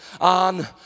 on